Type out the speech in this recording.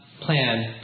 plan